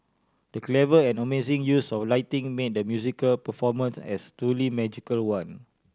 the clever and amazing use of lighting made the musical performance as truly magical one